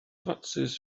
fatsis